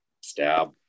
stab